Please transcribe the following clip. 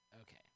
Okay